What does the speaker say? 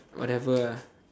whatever ah